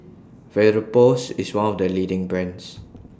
Vapodrops IS one of The leading brands